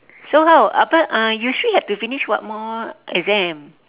so how apa uh yusri have to finish what more exam